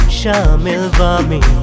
shamilvami